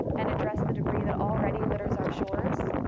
and address the debris that already litters our shores.